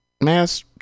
mass